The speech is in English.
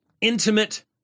intimate